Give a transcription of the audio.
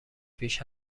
پیش